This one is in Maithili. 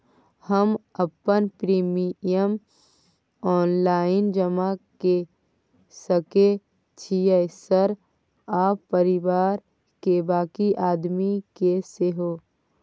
हम अपन प्रीमियम ऑनलाइन जमा के सके छियै सर आ परिवार के बाँकी आदमी के सेहो?